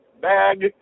bag